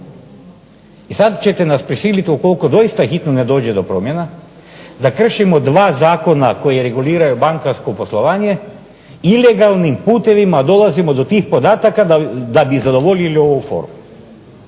I sad ćete nas prisiliti ukoliko doista hitno ne dođe do promjena, da kršimo dva zakona koji reguliraju bankarsko poslovanje ilegalnim putevima dolazimo do tih podataka da bi zadovoljili ovu formu.